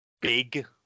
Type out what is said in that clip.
big